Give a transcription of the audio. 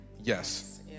yes